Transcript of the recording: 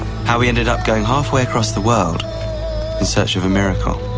how we ended up going halfway across the world in search of a miracle.